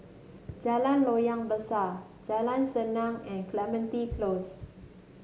Jalan Loyang Besar Jalan Senang and Clementi Close